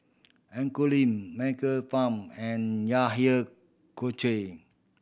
Lim Michael Fam and